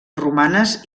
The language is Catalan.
romanes